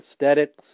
aesthetics